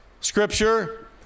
scripture